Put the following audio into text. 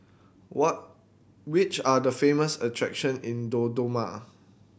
what which are the famous attraction in Dodoma